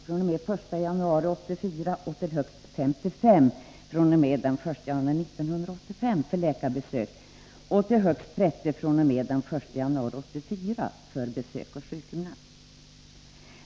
fr.o.m. den 1 januari 1984 och till högst 55 kr. fr.o.m. den 1 januari 1985 för läkarbesök, och till högst 30 kr. fr.o.m. den 1 januari 1984 för besök hos sjukgymnast.